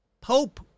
Pope